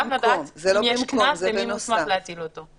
גם לדעת אם יש קנס ומי מוסמך להציג אותו.